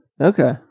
Okay